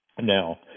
Now